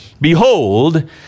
Behold